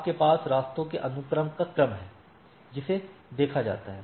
आपके पास रास्तों के अनुक्रम का क्रम है जिसे देखा जाता है